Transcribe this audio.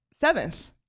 seventh